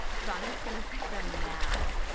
so i'm just going to say them now.